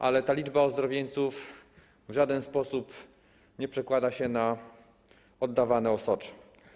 Ale ta liczba ozdrowieńców w żaden sposób nie przekłada się na ilość oddawanego osocza.